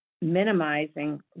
minimizing